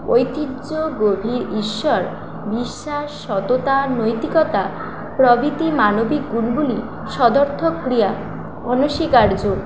ঐতিহ্য গভীর ঈশ্বর বিশ্বাস সততা নৈতিকতা প্রভৃতি মানবিক গুণগুলি সদর্থক ক্রিয়া অনস্বীকার্য